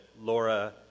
Laura